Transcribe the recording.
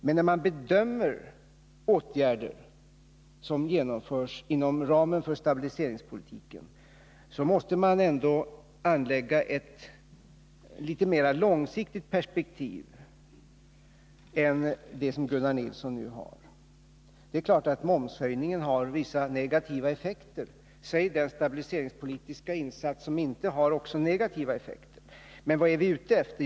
Men när man bedömer åtgärder som genom förs inom ramen för stabiliseringspolitiken måste man ändå anlägga ett litet mera långsiktigt perspektiv än det som Gunnar Nilsson nu har. Det är klart att momshöjningen har vissa negativa effekter. Säg den stabiliseringspolitiska insats som inte har också negativa effekter. Men vad är vi ute efter?